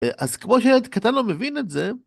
אז כמו שילד קטן לא מבין את זה,